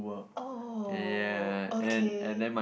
oh okay